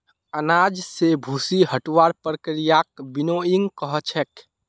अनाज स भूसी हटव्वार प्रक्रियाक विनोइंग कह छेक